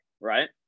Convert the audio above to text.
right